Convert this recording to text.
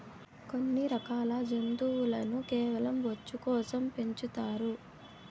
కొన్ని రకాల జంతువులను కేవలం బొచ్చు కోసం పెంచుతారు